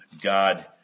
God